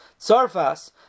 Tsarfas